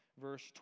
Verse